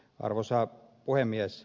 arvoisa puhemies